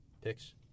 picks